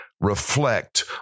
reflect